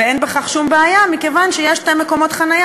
ואין בכך שום בעיה מכיוון שיש שני מקומות חניה